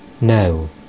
No